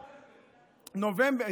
מנובמבר.